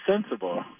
Sensible